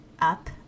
up